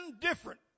different